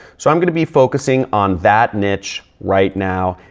so, i'm going be focusing on that niche right now.